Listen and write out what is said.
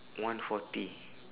one forty